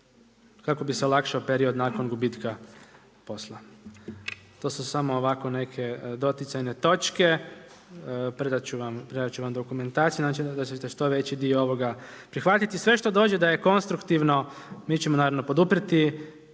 kako bi se olakšao period nakon gubitka posla. To su samo ovako neke doticajne točke. Predati ću vam dokumentaciju i nadam se da ćete što veći dio ovoga prihvatiti. Sve što dođe da je konstruktivno mi ćemo naravno poduprijeti.